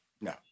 No